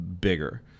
bigger